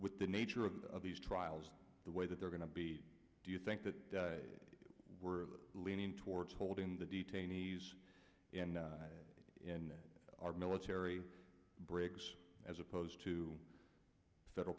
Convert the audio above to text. with the nature of of these trials the way that they're going to be do you think that we're leaning towards holding the detainees in our military brigs as opposed to federal